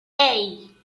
hey